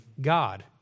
God